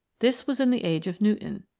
this was in the age of newton.